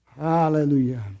Hallelujah